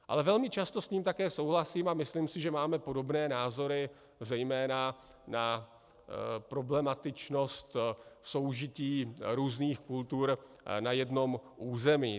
Ale velmi často s ním také souhlasím, a myslím si, že máme podobné názory zejména na problematičnost soužití různých kultur na jednom území.